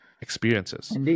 experiences